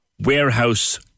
warehouse